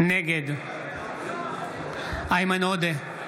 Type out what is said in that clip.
נגד איימן עודה,